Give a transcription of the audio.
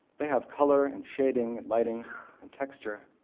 they have color and shading, lighting and texture.